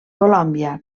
colòmbia